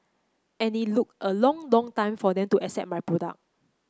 and it look a long long time for them to accept my product